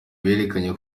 berekanye